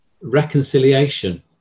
reconciliation